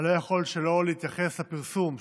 אני לא יכול שלא להתייחס לפרסום שפורסם,